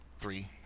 three